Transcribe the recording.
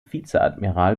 vizeadmiral